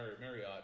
Marriott